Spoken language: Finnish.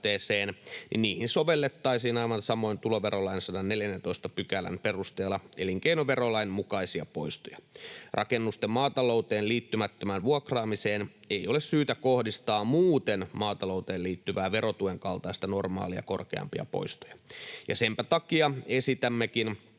niin niihin sovellettaisiin aivan samoin tuloverolain 114 §:n perusteella elinkeinoverolain mukaisia poistoja. Rakennusten maatalouteen liittymättömään vuokraamiseen ei ole syytä kohdistaa muuten maatalouteen liittyvää verotuen kaltaisia, normaalia korkeampia poistoja. Senpä takia esitämmekin,